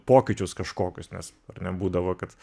pokyčius kažkokius nes ar ne būdavo kad